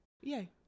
Yay